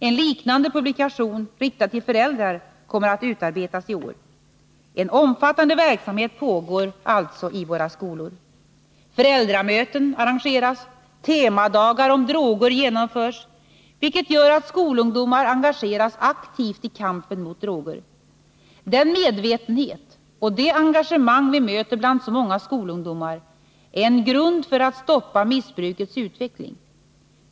En liknande publikation riktad till föräldrar kommer att utarbetas i år. En omfattande verksamhet pågår alltså i våra skolor. Föräldramöten arrangeras, temadagar om droger genomförs, vilket gör att skolungdomar engageras aktivt i kampen mot droger. Den medvetenhet och det engagemang vi möter bland så många skolungdomar är en grund för att stoppa missbrukets utveckling.